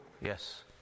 Yes